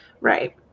Right